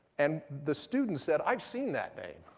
and the student said, i've seen that name.